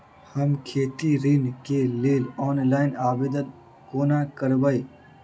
हम खेती ऋण केँ लेल ऑनलाइन आवेदन कोना करबै?